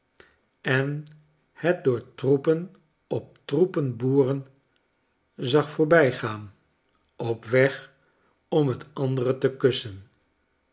en het door troepen op troepen boeren zag voorbijgaan op weg om het andere te kussen